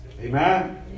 Amen